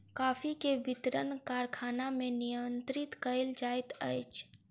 coffee के वितरण कारखाना सॅ नियंत्रित कयल जाइत अछि